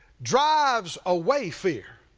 drives away fear,